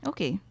Okay